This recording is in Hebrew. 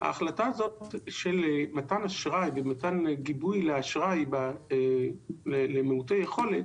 ההחלטה הזאת של מתן אשראי ומתן גיבוי לאשראי למעוטי יכולת,